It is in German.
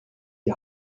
die